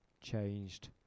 changed